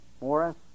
Morris